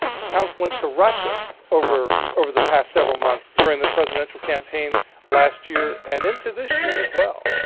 accounts linked to russia over over the past several months during the presidential campaign last year and in to this year as well.